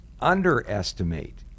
underestimate